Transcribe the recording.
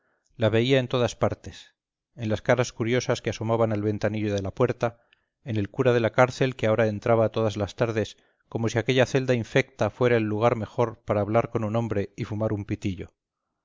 la veía en todas partes en las caras curiosas que asomaban al ventanillo de la puerta en el cura de la cárcel que ahora entraba todas las tardes como si aquella celda infecta fuera el lugar mejor para hablar con un hombre y fumar un pitillo